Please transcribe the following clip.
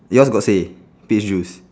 yours got say peach juice